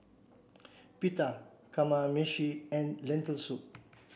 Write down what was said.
Pita Kamameshi and Lentil soup